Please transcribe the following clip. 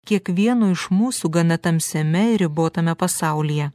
kiekvieno iš mūsų gana tamsiame ir ribotame pasaulyje